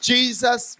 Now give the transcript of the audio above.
Jesus